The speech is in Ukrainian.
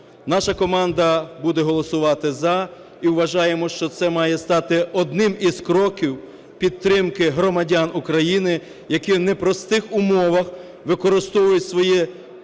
Наша команда буде голосувати "за" і вважаємо, що це має стати одним із кроків підтримки громадян України, які в непростих умовах використовують свої